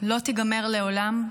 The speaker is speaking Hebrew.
לא תיגמר לעולם?